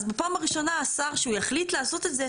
אז בפעם הראשונה השר שהוא יחליט לעשות את זה,